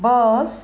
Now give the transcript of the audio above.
bus